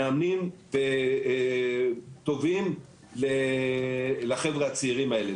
מאמנים טובים לחבר'ה הצעירים האלה.